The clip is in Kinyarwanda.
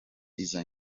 izo